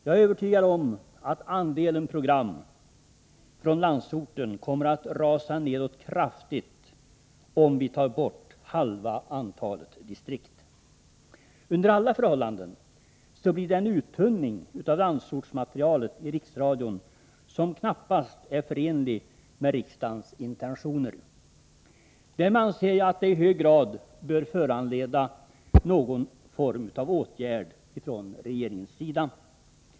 Jag är övertygad om att andelen program från landsorten kommer att rasa neråt kraftigt om vi tar bort halva antalet distrikt. Under alla förhållanden blir det en uttunning av landsortsmaterialet i Riksradion som knappast är förenlig med riksdagens intentioner. Därmed anser jag att någon form av åtgärd från regeringens sida är i hög grad befogad.